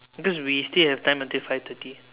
cause we still have time until five thirty